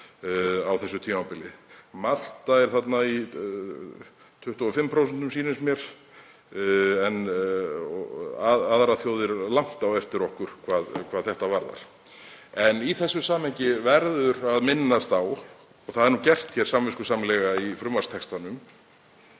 á þessu tímabili. Malta er þarna í 25% sýnist mér, en aðrar þjóðir eru langt á eftir okkur hvað þetta varðar. Í þessu samhengi verður að minnast á, og það er gert hér samviskusamlega í texta